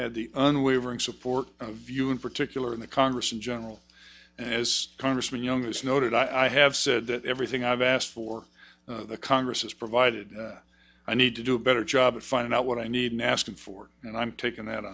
had the unwavering support of you in particular in the congress in general and as congressman young as noted i have said that everything i've asked for the congress has provided i need to do a better job of finding out what i need and asking for and i'm taking that